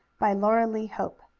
by laura lee hope